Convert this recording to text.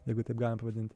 jeigu taip galima pavadinti